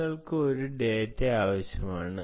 നിങ്ങൾക്ക് ഒരൊറ്റ ഡാറ്റ ആവശ്യമാണ്